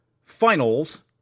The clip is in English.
Finals